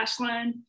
Ashlyn